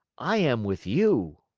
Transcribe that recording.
i am with you.